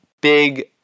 big